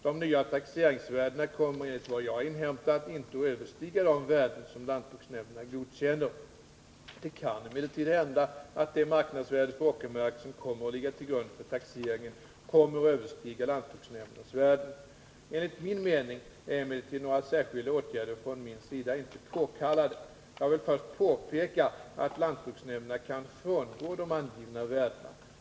De nya taxeringsvärdena kommer enligt vad jag inhämtat inte att överstiga de värden som lantbruksnämnderna godkänner. Det kan emellertid hända att det marknadsvärde för åkermark som kommer att ligga till grund för taxeringen kommer att överstiga lantbruksnämndernas värden. Enligt min mening är emellertid några särskilda åtgärder från min sida inte påkallade. Jag vill först påpeka att lantbruksnämnderna kan frångå de angivna värdena.